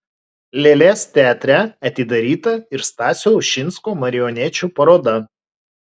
lėlės teatre atidaryta ir stasio ušinsko marionečių paroda